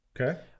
Okay